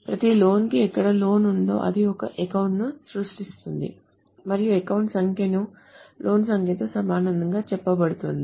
ప్రతి లోన్ కి ఎక్కడ లోన్ ఉందో అది ఒక అకౌంట్ ను సృష్టిస్తుంది మరియు అకౌంట్ సంఖ్యను లోన్ సంఖ్యతో సమానంగా చెప్పబడుతుంది